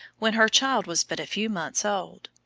when her child was but a few months old.